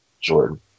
Jordan